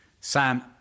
sam